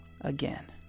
again